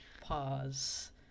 pause